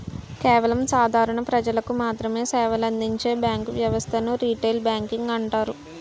కేవలం సాధారణ ప్రజలకు మాత్రమె సేవలందించే బ్యాంకు వ్యవస్థను రిటైల్ బ్యాంకింగ్ అంటారు